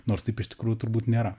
nors taip iš tikrųjų turbūt nėra